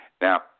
Now